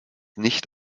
nicht